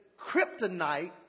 kryptonite